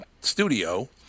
studio